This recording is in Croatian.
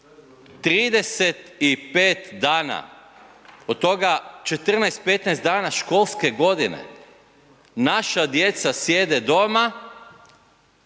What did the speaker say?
35 dana od toga 14, 15 dana školske godine naša djeca sjede doma